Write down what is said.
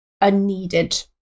unneeded